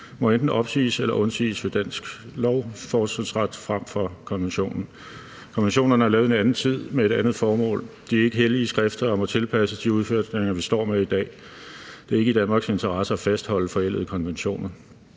må enten opgives eller undsiges ved at give dansk lov fortrinsret frem for konventionen. Konventionerne er lavet i en anden tid og med et andet formål. De er ikke hellige skrifter og må tilpasses de udfordringer, vi står med i dag. Det er ikke i Danmarks interesse at fastholde forældede konventioner.